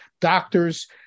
doctors